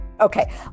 Okay